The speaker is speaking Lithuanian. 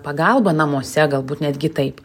pagalba namuose galbūt netgi taip